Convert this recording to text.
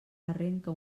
arrenca